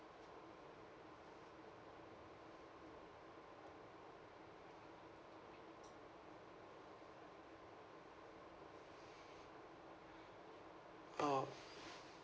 oh